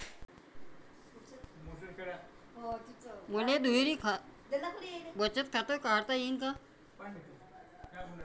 मले दुहेरी बचत खातं काढता येईन का?